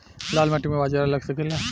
लाल माटी मे बाजरा लग सकेला?